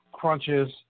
crunches